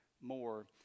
more